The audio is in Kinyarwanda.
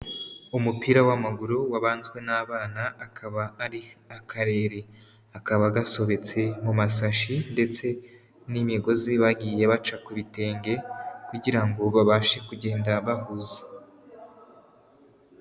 Umupira w'amaguru wabanzwe n'abana, akaba ari akarere, kakaba gasobetse mu masashi ndetse n'imigozi bagiye baca kubitenge, kugira ngo babashe kugenda bahuza.